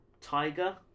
Tiger